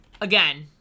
again